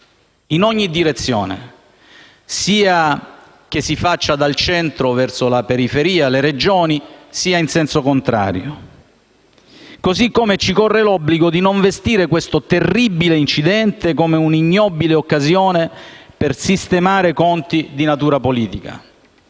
in ogni direzione sia dal centro verso la periferia - le Regioni - sia in senso contrario. Allo stesso modo, ci corre l'obbligo di non vestire questo terribile incidente come un'ignobile occasione per sistemare conti di natura politica.